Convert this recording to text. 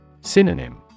synonym